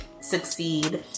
succeed